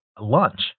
lunch